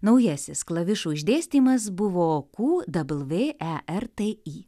naujasis klavišų išdėstymas buvo ku dabl vė e r t i